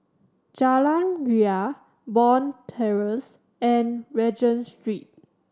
Jalan Ria Bond Terrace and Regent Street